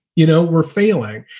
you know, we're failing.